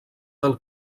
del